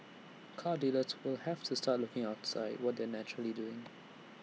car dealers will have to start looking outside what they are naturally doing